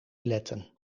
letten